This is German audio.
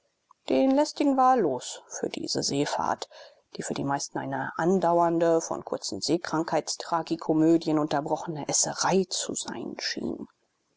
den lästigen war er los für diese seefahrt die für die meisten eine andauernde von kurzen seekrankheitstragikomödien unterbrochene esserei zu sein schien